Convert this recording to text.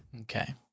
Okay